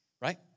right